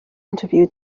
interview